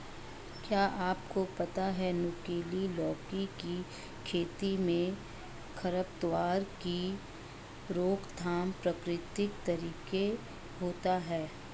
क्या आपको पता है नुकीली लौकी की खेती में खरपतवार की रोकथाम प्रकृतिक तरीके होता है?